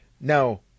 now